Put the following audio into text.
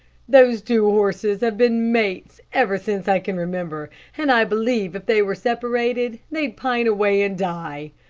those two horses have been mates ever since i can remember, and i believe if they were separated, they'd pine away and die.